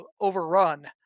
overrun